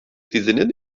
dizinin